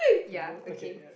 ya okay